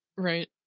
Right